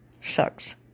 sucks